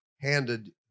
handed